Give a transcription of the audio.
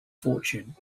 fortune